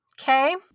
Okay